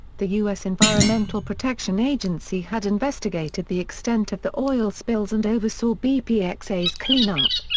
the u s. environmental protection agency had investigated the extent of the oil spills and oversaw bpxa's cleanup.